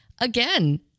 Again